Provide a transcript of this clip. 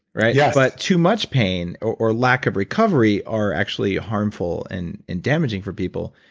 right? yes but too much pain or lack of recovery are actually harmful and and damaging for people.